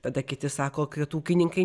tada kiti sako kad ūkininkai